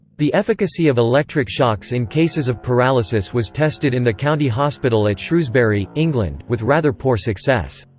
the efficacy of electric shocks in cases of paralysis was tested in the county hospital at shrewsbury, england, with rather poor success.